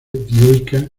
dioica